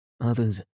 others